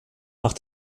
nach